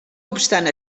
obstant